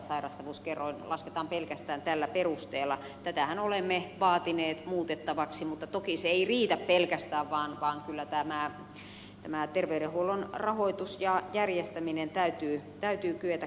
sairastuvuuskerroin lasketaan pelkästään tällä perusteella ja tätähän olemme vaatineet muutettavaksi mutta toki se ei riitä pelkästään vaan kyllä tämä terveydenhuollon rahoitus ja järjestäminen täytyy kyetä katsomaan kokonaisuutena